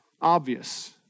obvious